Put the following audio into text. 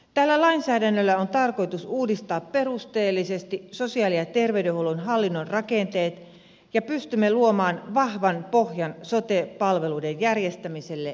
tällä lainsäädännöllä on tarkoitus uudistaa perusteellisesti sosiaali ja terveydenhuollon hallinnon rakenteet ja pystymme luomaan vahvan pohjan sote palveluiden järjestämiselle ja tuottamiselle